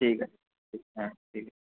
ঠিক আছে হ্যাঁ ঠিক